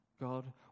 God